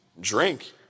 drink